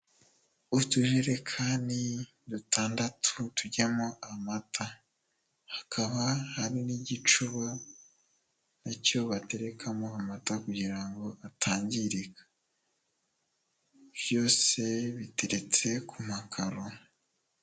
Utujerekani dutandatu tujyamo amata, hakaba hari n'igicuba na cyo batekarekamo amata kugira ngo atangirika, byose biteretse ku makaro.